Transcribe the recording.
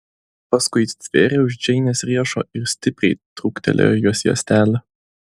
paskui stvėrė už džeinės riešo ir stipriai trūktelėjo jos juostelę